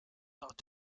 thought